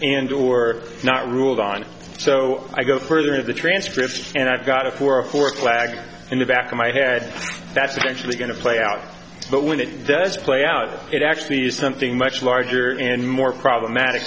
and or not ruled on so i go further of the transcript and i've got a for a fourth lag in the back of my head that's essentially going to play out but when it does play out it actually is something much larger and more problematic